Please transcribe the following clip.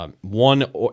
One